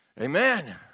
Amen